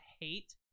hate